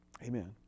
Amen